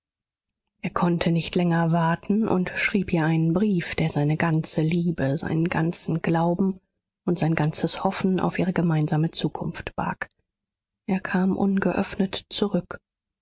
er konnte nicht länger warten und schrieb ihr einen brief der seine ganze liebe seinen ganzen glauben und sein ganzes hoffen auf ihre gemeinsame zukunft barg er kam ungeöffnet zurück